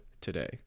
today